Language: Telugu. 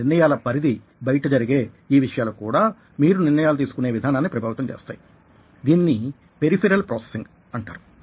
మీ నిర్ణయాల పరిధి బయట జరిగే ఈ విషయాలు కూడా మీరు నిర్ణయాలు తీసుకునే విధానాన్ని ప్రభావితం చేస్తాయి దీనిని పెరిఫెరల్ ప్రోసెసింగ్ అంటారు